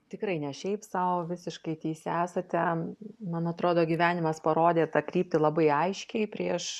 tikrai ne šiaip sau visiškai teisi esate man atrodo gyvenimas parodė tą kryptį labai aiškiai prieš